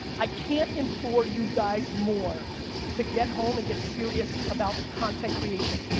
i can't implore you guys more to get home and get serious about content creation.